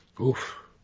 oof